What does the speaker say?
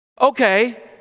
Okay